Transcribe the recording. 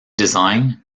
design